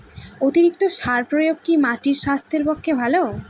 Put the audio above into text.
অতিরিক্ত সার প্রয়োগ কি মাটির স্বাস্থ্যের পক্ষে ভালো?